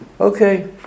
Okay